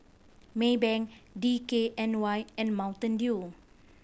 Maybank D K N Y and Mountain Dew